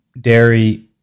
dairy